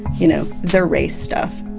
you know, the race stuff.